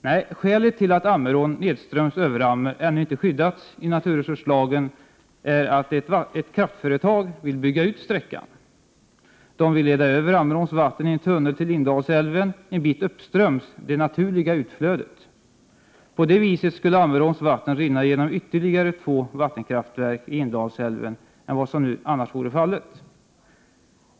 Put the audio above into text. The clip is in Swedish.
Nej, skälet till att Ammerån nedströms Överammer ännu inte skyddats i naturresurslagen är att ett kraftföretag vill bygga ut sträckan. Man vill leda över Ammeråns vatten i en tunnel till Indalsälven en bit uppströms det naturliga utflödet. På det sättet skulle Ammeråns vatten rinna genom ytterligare två vattenkraftverk i Indalsälven jämfört med vad som annars skulle vara fallet.